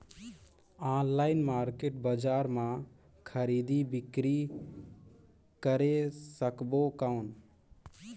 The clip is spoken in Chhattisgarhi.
ऑनलाइन मार्केट बजार मां खरीदी बीकरी करे सकबो कौन?